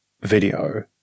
video